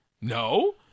No